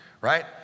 right